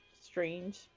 strange